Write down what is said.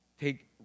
take